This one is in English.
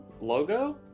Logo